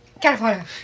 California